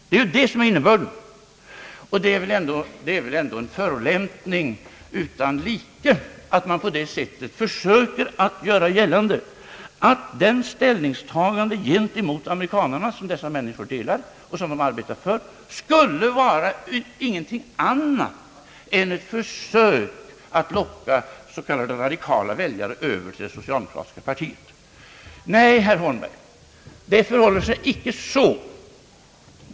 Det är väl ändå en förolämpning utan like att på det sättet försöka göra gällande att det ställningstagande gentemot amerikanernas politik som dessa människor gör inte skulle vara någonting annat än ett försök att locka s.k. radikala väljare över till det socialdemokratiska partiet. Nej, herr Holmberg, det förhåller sig icke så.